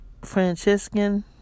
Franciscan